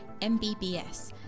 MBBS